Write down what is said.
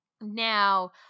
Now